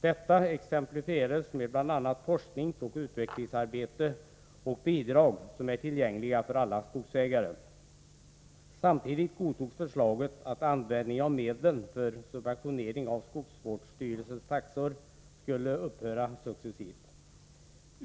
Detta exemplifierades med bl.a. forskningsoch utvecklingsarbete och bidrag som är tillgängliga för alla skogsägare. Samtidigt godtogs förslaget att användning av medlen för subventionering av skogsvårdsstyrelsernas taxor skulle upphöra successivt.